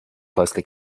closely